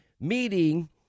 meeting